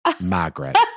Margaret